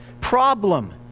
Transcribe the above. problem